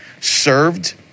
served